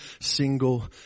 single